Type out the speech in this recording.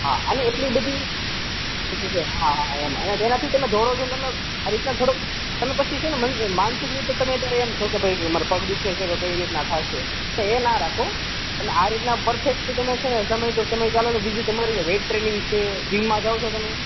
હાં અને એટલી બધી હાં હાં એમ જેનાથી તમે દોડો છોને પરિશ્રમ તમે પછી છે ને મન માનસિક રીતે તમે એમ છે કે પગ દુ ખે છે કઈ કે રીતના થાશે તો એ ના રાખો અને આ રીતના પરફેક્ટ તમે છેને સમય તો સમય ચાલેને બીજું તમારે વેટ ટ્રેનિંગ છે જીમમાં જાવ છો તમે